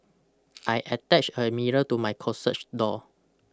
I attached a mirror to my closech door